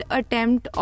attempt